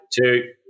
Two